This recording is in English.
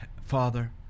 father